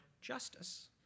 Justice